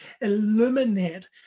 illuminate